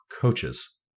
coaches